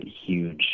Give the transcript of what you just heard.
huge